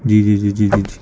جی جی جی جی جی جی